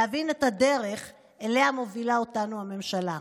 להבין את הדרך שאליה מובילה אותנו הממשלה.